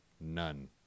none